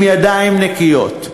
עם ידיים נקיות.